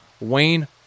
Wayne